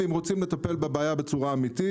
אם רוצים לטפל בבעיה בצורה אמיתית.